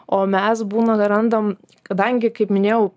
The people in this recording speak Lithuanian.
o mes būname randam kadangi kaip minėjau